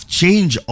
change